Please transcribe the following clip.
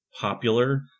popular